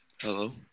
Hello